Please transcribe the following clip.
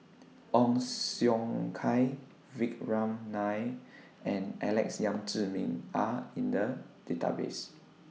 Ong Siong Kai Vikram Nair and Alex Yam Ziming Are in The Database